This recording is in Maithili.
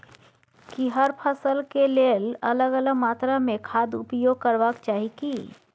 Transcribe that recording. की हर फसल के लेल अलग अलग मात्रा मे खाद उपयोग करबाक चाही की?